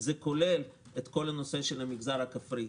והן כוללות את כל נושא המגזר הכפרי.